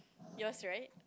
yours right